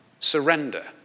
Surrender